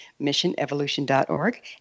missionevolution.org